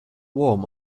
warm